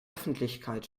öffentlichkeit